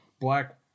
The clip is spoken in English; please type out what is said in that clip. Black